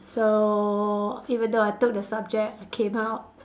so even though I took the subject I came out